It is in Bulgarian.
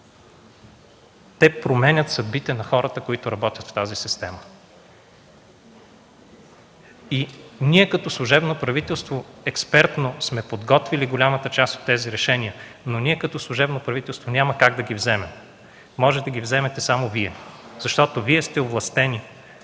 те променят съдбите на хората, които работят в тази система. И ние като служебно правителство, експертно, сме подготвили голяма част от тези решения, но ние като служебно правителство няма как да ги вземем. Можете да ги вземете само Вие, защото Вие сте овластени